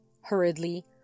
Hurriedly